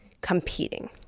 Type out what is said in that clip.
competing